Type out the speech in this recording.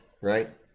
right